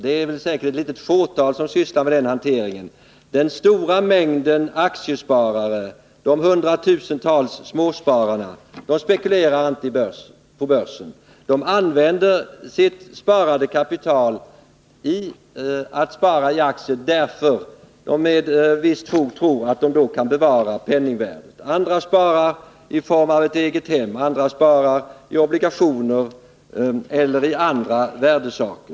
Det är nog bara ett litet fåtal som sysslar med den hanteringen. Den stora mängden aktiesparare, de hundratusentals småspararna, spekulerar inte på börsen. De använder sitt kapital till att spara iaktier därför att de med visst fog därigenom tror sig kunna skydda sig mot penningvärdets fall. Somliga sparar i form av att ha ett eget hus, och andra sparar i obligationer eller andra värdesaker.